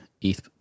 ETH